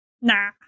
Nah